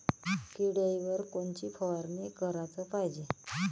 किड्याइवर कोनची फवारनी कराच पायजे?